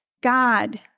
God